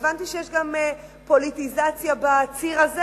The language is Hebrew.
והבנתי שיש גם פוליטיזציה בציר הזה,